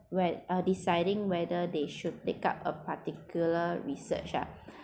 whe~ uh deciding whether they should pick up a particular research lah